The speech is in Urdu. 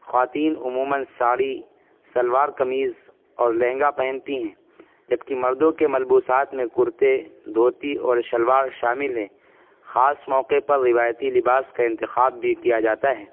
خواتین عموماً ساڑھی سلوار قمیض اور لہنگا پہنتی ہیں جب کہ مردوں کے ملبوسات میں کرتے دھوتی اور شلوار شامل ہے خاص موقع پر روایتی لباس کا انتخاب بھی کیا جاتا ہے